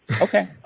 Okay